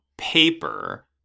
paper